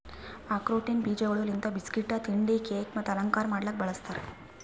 ಆಕ್ರೋಟಿನ ಬೀಜಗೊಳ್ ಲಿಂತ್ ಬಿಸ್ಕಟ್, ತಿಂಡಿ, ಕೇಕ್ ಮತ್ತ ಅಲಂಕಾರ ಮಾಡ್ಲುಕ್ ಬಳ್ಸತಾರ್